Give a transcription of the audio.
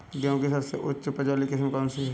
गेहूँ की सबसे उच्च उपज बाली किस्म कौनसी है?